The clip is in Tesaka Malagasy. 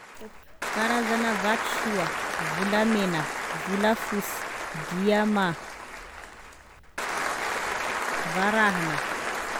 Karazana vatosoa: volamena, volafosy, diamand varahana